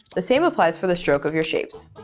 the same applies for the stroke of your shapes.